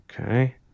Okay